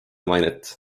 mainet